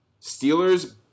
Steelers